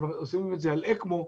עושים את זה על אקמו.